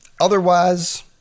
Otherwise